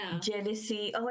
jealousy